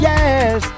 Yes